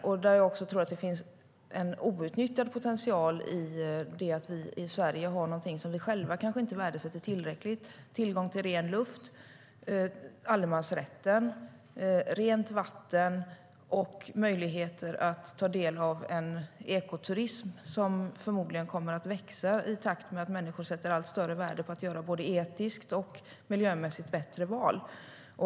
Jag tror också att det finns en outnyttjad potential i någonting som vi har i Sverige men som vi själva kanske inte värdesätter tillräckligt: tillgång till ren luft, allemansrätten, rent vatten och möjligheter att ta del av en ekoturism som förmodligen kommer att växa i takt med att människor sätter allt större värde på att göra både etiskt och miljömässigt bättre val.